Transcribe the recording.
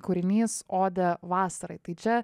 kūrinys odė vasarai tai čia